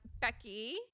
Becky